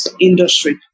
industry